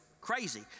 crazy